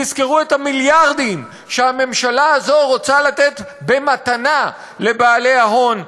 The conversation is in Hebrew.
תזכרו את המיליארדים שהממשלה הזאת רוצה לתת במתנה לבעלי ההון,